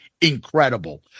incredible